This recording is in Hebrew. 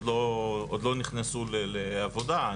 עוד לא נכנסו לעבודה,